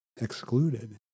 excluded